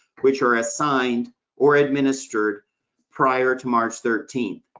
which are assigned or administered prior to march thirteenth.